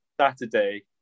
Saturday